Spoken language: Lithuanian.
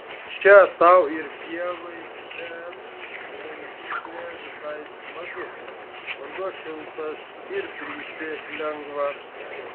še tau ir pievai bet maudyklė visai smagi vanduo šiltas ir bristi lengva